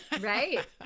Right